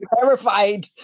terrified